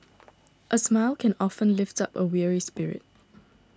a smile can often lift up a weary spirit